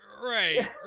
Right